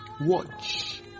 watch